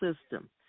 system